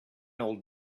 old